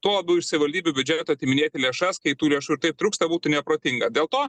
tuo labiau iš savivaldybių biudžeto atiminėti lėšas kai tų lėšų ir taip trūksta būtų neprotinga dėl to